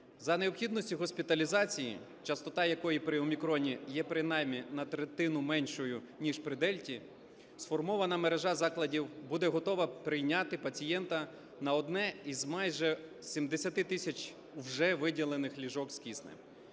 За необхідності госпіталізації, частота якої при "Омікроні" є принаймні на третину меншою ніж при "Дельті", сформована мережа закладів буде готова прийняти пацієнта на одне із майже 70 тисяч вже виділених ліжок с киснем.